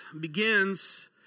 begins